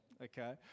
okay